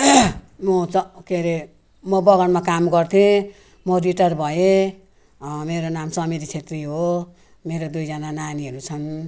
म त के हरे म बगानमा काम गर्थेँ म रिटायर भएँ मेरो नाम समिरी छेत्री हो मेरो दुइजना नानीहरू छन्